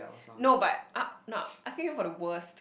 no but ah no~ I asking you for the worst